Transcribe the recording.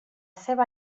seva